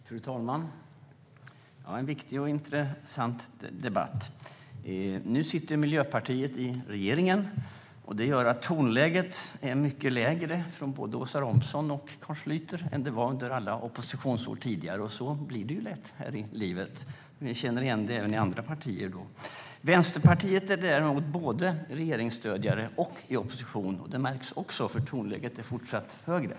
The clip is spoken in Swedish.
Fru talman! Detta är en viktig och intressant debatt. Nu sitter Miljöpartiet i regeringen, och det gör att tonläget från både Åsa Romson och Carl Schlyter är mycket lägre än det var under alla oppositionsår tidigare. Så blir det lätt här i livet; vi känner igen det även i andra partier. Vänsterpartiet, däremot, är både regeringsstödjare och i opposition. Det märks också, för tonläget är fortsatt högre.